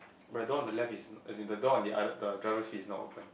while the door on the left is as in the door on the other the driver seat is not opened